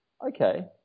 okay